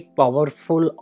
powerful